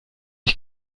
ich